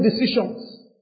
decisions